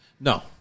No